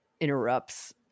interrupts